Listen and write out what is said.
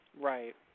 Right